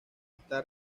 está